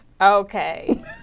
Okay